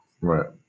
Right